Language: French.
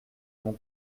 mon